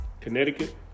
Connecticut